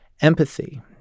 empathy